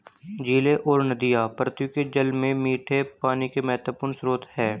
झीलें और नदियाँ पृथ्वी के जल में मीठे पानी के महत्वपूर्ण स्रोत हैं